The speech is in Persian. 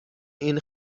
این